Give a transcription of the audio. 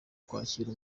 kwakira